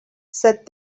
said